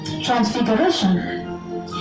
transfiguration